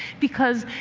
because,